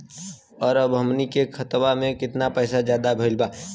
और अब हमनी के खतावा में कितना पैसा ज्यादा भईल बा?